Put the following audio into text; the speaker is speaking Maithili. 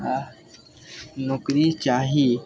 नौकरी चाही